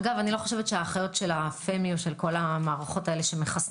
אגב אני לא חושבת שהפמיו של כל המערכות האלה שמחסנות